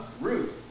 Ruth